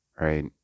Right